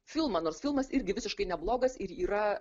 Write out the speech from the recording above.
filmą nors filmas irgi visiškai neblogas ir yra